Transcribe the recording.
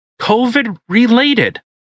COVID-related